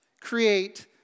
create